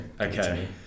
Okay